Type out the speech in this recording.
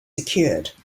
secured